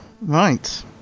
Right